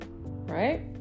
Right